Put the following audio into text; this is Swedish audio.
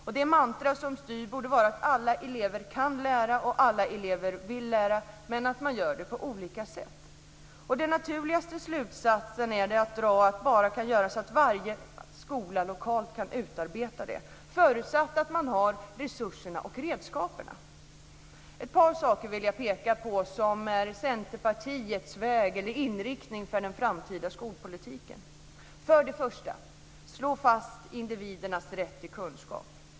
Och det mantra som styr borde vara att alla elever kan lära, att alla elever vill lära men att de gör det på olika sätt. Och den naturligaste slutsats som man kan dra är att varje skola lokalt ska kunna utarbeta detta, förutsatt att man har resurserna och redskapen. Jag vill peka på ett par saker som är Centerpartiets väg eller inriktning för den framtida skolpolitiken. För det första: Slå fast individernas rätt till kunskap.